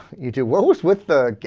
you do with with ah.